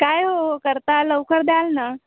काय हो करता लवकर द्याल ना